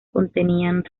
contenían